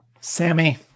Sammy